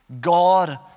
God